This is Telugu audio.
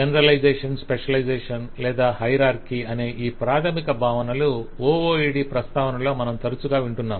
జనరలైజేషన్ స్పెషలైజేషన్ లేదా hierarchy generalization specialization or hierarchy అనే ఈ ప్రాథమిక భావనలు OOAD ప్రస్తావనలో మనం తరచుగా వింటున్నాం